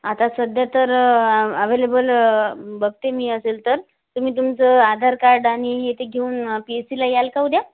आता सध्या तर आ आव्हलेबल बघते मी असेल तर तुम्ही तुमचं आधार कार्ड आणि हे ते घेऊन पी एस सीला याल का उद्या